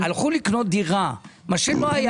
הלכו לקנות דירה, מה שלא היה אף פעם.